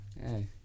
Hey